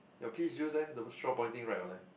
your pee juice eh the straw pointing right or left